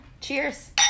Cheers